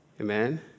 Amen